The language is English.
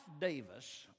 Davis